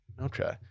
Okay